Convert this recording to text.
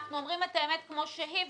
אנחנו אומרים את האמת כמו שהיא.